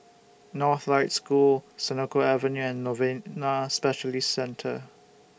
Northlight School Senoko Avenue and Novena Specialist Centre